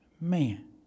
man